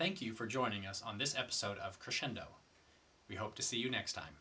thank you for joining us on this episode of crescendo we hope to see you next time